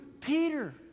peter